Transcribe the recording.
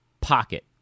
pocket